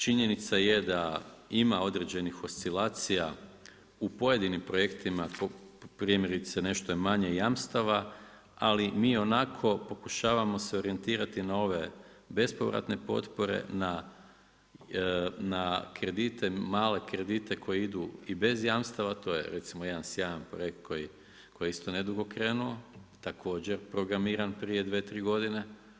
Činjenica je da ima određenih oscilacija u pojedinim projektima, primjerice, nešto je manje jamstava, ali mi ionako pokušavamo se orijentirate na ove bespovratne potpore, na kredite, male kredite koji idu i bez jamstava, to je recimo jedan sjajan projekt koji isto nedugo krenuo, također programiran prije 2, 3 godine.